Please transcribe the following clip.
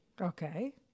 Okay